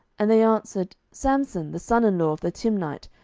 and they answered, samson, the son in law of the timnite,